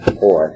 four